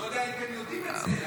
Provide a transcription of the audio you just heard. אני לא יודע אם אתם יודעים את זה.